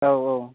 औ औ